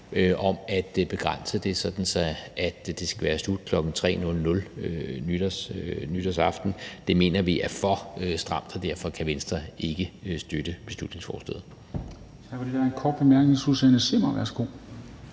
om at begrænse det, sådan at det skal være slut kl. 3.00 nytårsaften, mener vi er for stramt, og derfor kan Venstre ikke støtte beslutningsforslaget.